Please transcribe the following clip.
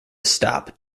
stop